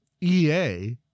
EA